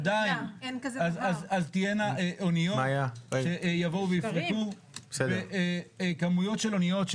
תהיינה אוניות שיבואו ויפרקו וכמויות של אוניות,